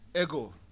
Ego